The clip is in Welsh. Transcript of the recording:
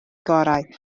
gorau